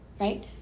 right